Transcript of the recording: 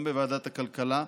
גם בוועדת הכלכלה,